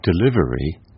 delivery